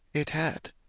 it had,